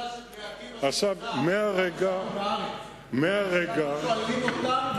קבוצה של "בני עקיבא" השאלה מה שואלים אותם,